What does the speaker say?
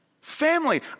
family